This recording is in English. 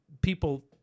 people